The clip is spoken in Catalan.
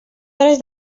hores